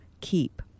keep